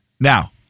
Now